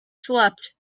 slept